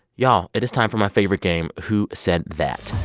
y'all, it is time for my favorite game, who said that